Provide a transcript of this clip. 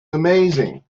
amazing